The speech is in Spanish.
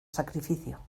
sacrificio